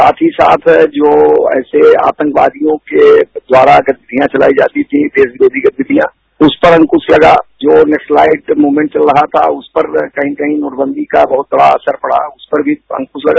साथ ही साथ जो ऐसे आतंकवादियों के द्वारा गतिविधियां चलाई जाती थी देश विरोधी गतिविधियां उस पर अंकुरा ल गा जो नक्सलाइज मूवमेंट चल रहा था उस पर कही कही नोटबंदी का बहुत बड़ा असर पड़ा उस पर भी अंक्रा लगा